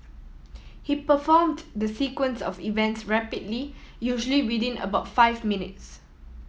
he performed the sequence of events rapidly usually within about five minutes